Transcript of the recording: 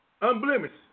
unblemished